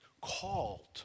called